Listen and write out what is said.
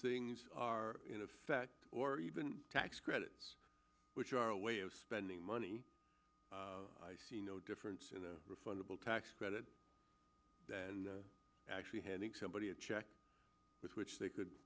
things are in effect or even tax credits which are a way of spending money i see no difference in the refundable tax credit and actually having somebody a check with which they could